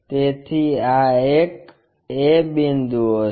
તેથી આ એક a બિંદુ હશે